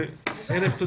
15:16.